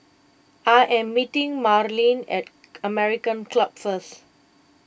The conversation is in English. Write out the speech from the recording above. I am meeting Marlene at American Club first